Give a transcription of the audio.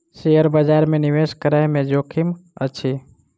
share बजार में निवेश करै में जोखिम अछि